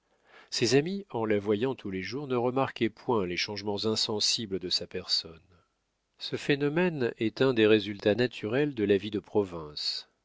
ses amis en la voyant tous les jours ne remarquaient point les changements insensibles de sa personne ce phénomène est un des résultats naturels de la vie de province